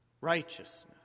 Righteousness